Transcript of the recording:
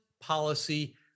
policy